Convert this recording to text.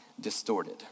distorted